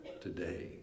today